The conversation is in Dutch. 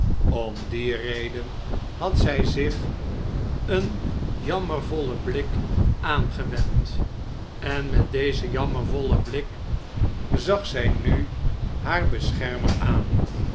om die reden had zij zich een jammervollen blik aangewend en met dezen jammervollen blik zag zij nu haar beschermer aan